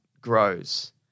grows